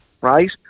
right